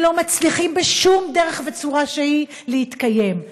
הם לא מצליחים בשום דרך וצורה שהיא להתקיים.